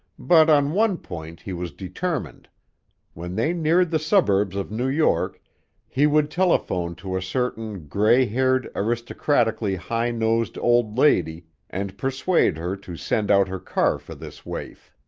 but on one point he was determined when they neared the suburbs of new york he would telephone to a certain gray-haired, aristocratically high-nosed old lady and persuade her to send out her car for this waif.